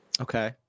Okay